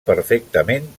perfectament